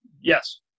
Yes